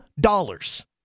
dollars